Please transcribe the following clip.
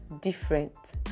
different